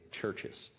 churches